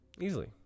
Easily